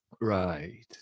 Right